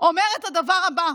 אומר את הדבר הבא,